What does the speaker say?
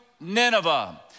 Nineveh